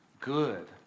good